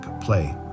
play